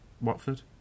Watford